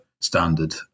standard